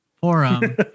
forum